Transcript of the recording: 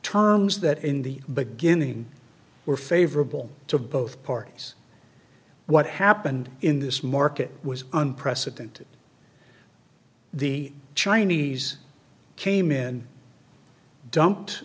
terms that in the beginning were favorable to both parties what happened in this market was unprecedented the chinese came in and dumped